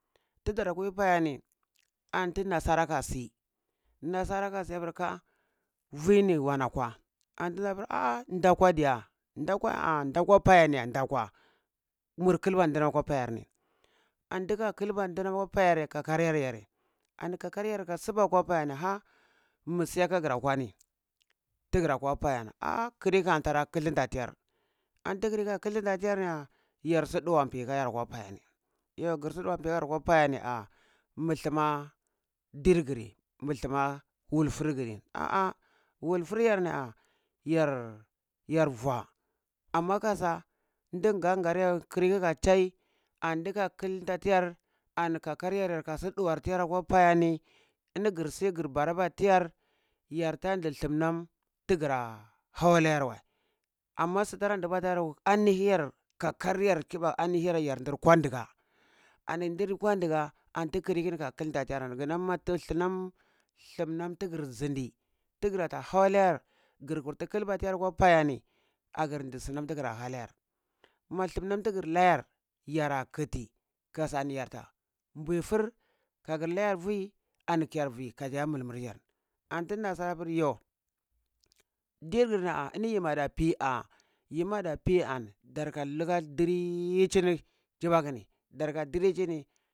Tidəra kwui paya ni, anti nasara ka si, nasara kasiya pur ah vi ni wana kwa? Anti zapur ah da kwa diya dakwa? Ah dakwa dakwa payani ya? Ah dakwa mur kilba ndinam kwa pyanai andika kilba ndinam kwa payar kakar yar yare an kakaryar ka suba kwa payani ha musiyaka gir a hani ti gra kwa payeni? kli ka tara khilinta tiyar anti klika khilinta tiyarni yah yarsu ɗuwar piyikar wa kwa payarni yo girsi ɗuwar piyika kwa paya ni, ah mu thuma dir giri? Mu thuma wulful giri? Aa wulfur yar ni ah, yar vua amma kasa ndin nganga yar kir lika chai an dika kuta tiyar an kakaryar kasu ɗuwar tiyar a kwa paya ni ini gir si gir ba raba tiyar, yar ta di thum nam ti gra hau layar wei amma su tara dubu dar anihiyar kakayam kibaku anihi yar yar ndir kwandiga ani ndri kwandiga anti ki lika kan kilta tiyar thum nam tigir zindi tigra ta hau layar gir kurta kilba tiyar kwa paya ni, agir ndi su nam ti gra halayar ma thum nan tigi layar yara kiti, kasani yarta ɓuifur ka gir layar vui ani kayar vui kazi iya mulmul yar, anti naasara puri toh! Dirgir na ah anima yada pi ah yima da pi an darka lika diri chini chibakuni dar ka lika dar ka diri chini